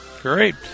Great